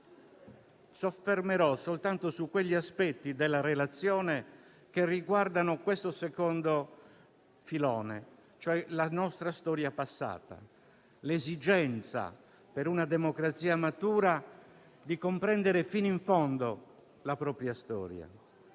soffermerò soltanto su quegli aspetti della relazione che riguardano questo secondo filone, cioè la nostra storia passata e l'esigenza, per una democrazia matura, di comprendere fino in fondo la propria storia.